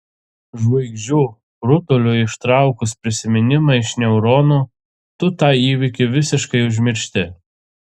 žvaigždžių rutuliui ištraukus prisiminimą iš neuronų tu tą įvykį visiškai užmiršti